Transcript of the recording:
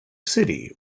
city